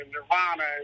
Nirvana